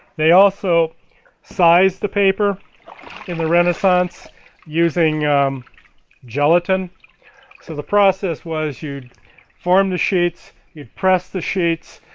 they also sized the paper in the renaissance using gelatin so the process was, you'd form the sheets, you'd press the sheets,